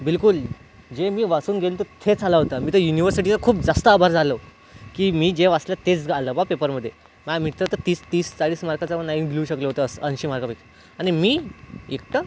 बिल्कुल जे मी वाचून गेलो होतो तेच आला होता मी तर युनिव्हर्सिटीचं खूप जास्त आभार झालो की मी जे वाचलं तेच आलं बुवा पेपरमध्ये माझे मित्र तर तीस तीस चाळीस मार्काचं पण नाही लिहू शकलं होतंस ऐंशी मार्कापैकी आणि मी एकटा